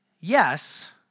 Yes